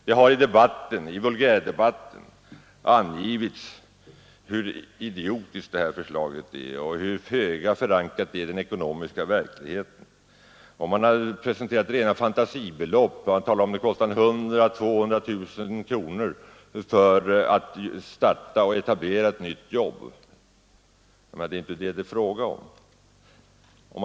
Det har i vulgärdebatten sagts hur idiotiskt vårt förslag är och hur föga förankrat det är i den ekonomiska verkligheten. Man har presenterat rena fantasibelopp och sagt att det skulle kosta 100 000—200 000 kronor för att starta och etablera ett nytt jobb. Det är inte fråga om det.